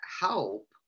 help